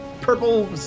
purple